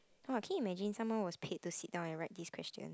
!wah! can you imagine someone was paid to sit down and write this question